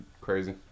crazy